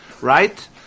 Right